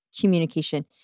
communication